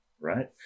right